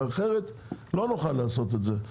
אחרת לא נוכל לעשות את זה.